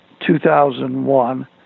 2001